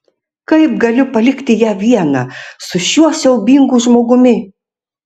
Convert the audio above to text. kaip galiu palikti ją vieną su šiuo siaubingu žmogumi